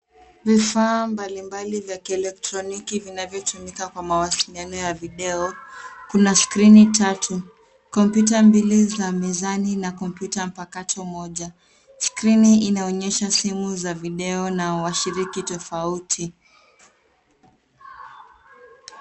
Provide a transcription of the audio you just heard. Vifaa mbalimbali vya kielektroniki vinavyotumika kwa mawasiliano ya video. Kuna skrini tatu, kompyuta mbili za mezani na kompyuta mpakato moja. Skrini inaonyesha sehemu za video na washiriki tofauti.